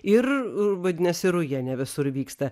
ir vadinasi ruja ne visur vyksta